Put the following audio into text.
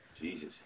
Jesus